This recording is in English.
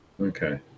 Okay